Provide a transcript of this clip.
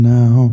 now